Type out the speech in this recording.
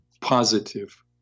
positive